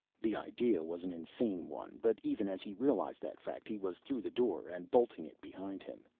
the idea was an insane one, but even as he realized that fact he was through the door and bolting it behind him.